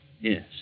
Yes